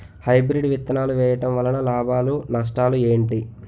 Hybrid విత్తనాలు వేయటం వలన లాభాలు నష్టాలు ఏంటి?